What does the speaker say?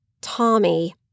Tommy